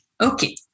Okay